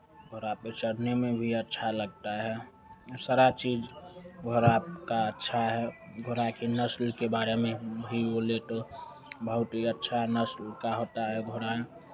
घोड़ा पे चढ़ने में भी अच्छा लगता है सारा चीज़ घोड़ा का अच्छा है घोड़ा की नस्ल के बारे में भी बोले तो बहुत ही अच्छा नस्ल का होता है यह घोड़ा